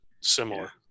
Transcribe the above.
similar